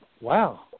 Wow